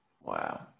wow